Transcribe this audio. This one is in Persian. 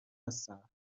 هستم